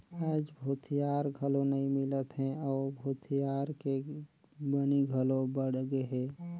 आयज भूथिहार घलो नइ मिलत हे अउ भूथिहार के बनी घलो बड़ गेहे